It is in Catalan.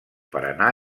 paranà